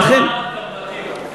ולכן,